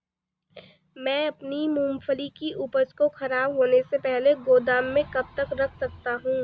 मैं अपनी मूँगफली की उपज को ख़राब होने से पहले गोदाम में कब तक रख सकता हूँ?